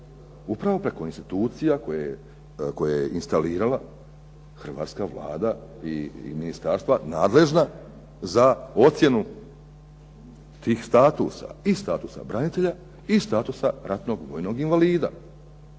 upravo preko institucija koje je instalirala hrvatska Vlada i ministarstva nadležna za ocjenu tih statusa. I statusa branitelja i statusa ratnog vojnog invalida.